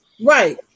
right